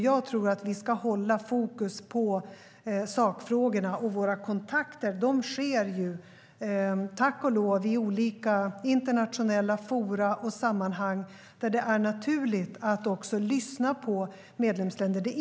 Jag tror att vi ska hålla fokus på sakfrågorna. Våra kontakter sker, tack och lov, i olika internationella forum och sammanhang där det är naturligt att också lyssna på medlemsländer.